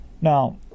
Now